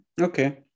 Okay